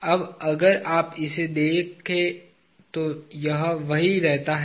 अब अगर आप इसे देखें तो यह वही रहता है